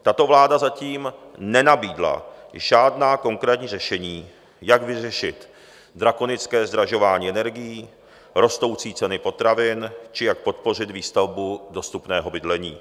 Tato vláda zatím nenabídla žádná konkrétní řešení, jak vyřešit drakonické zdražování energií, rostoucí ceny potravin či jak podpořit výstavbu dostupného bydlení.